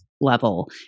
level